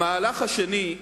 המהלך השני,